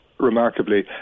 remarkably